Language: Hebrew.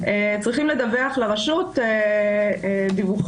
צריכים לדווח לרשות דיווחים.